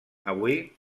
avui